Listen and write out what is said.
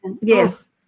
Yes